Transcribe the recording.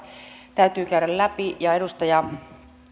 täytyy käydä läpi ja edustaja